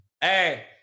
Hey